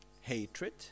hatred